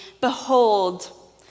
Behold